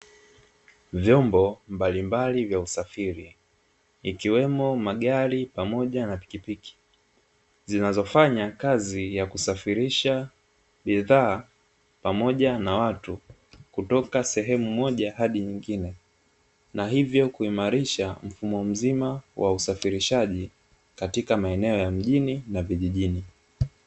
Vyombo mbalimbali vya usafiri ikiwemo magari pamoja na pikipiki, zinazofanya kazi ya kusafirisha bidhaa pamoja na watu kutoka sehemu moja hadi nyingine, na hivyo kuimarisha mfumo mzima wa usafirishaji katika maeneo ya mjini na vijijini.